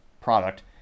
product